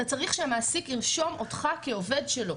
אתה צריך שהמעסיק ירשום אותך כעובד שלו.